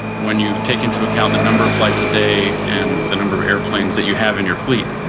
when you take into account the number of flights a day and the number of aeroplanes that you have in your fleet,